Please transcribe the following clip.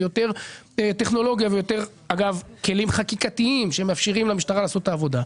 יותר טכנולוגיה וכלים חקיקתיים שמאפשרים למשטרה לעשות את העבודה,